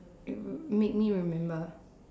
it would make me remember